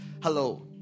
hello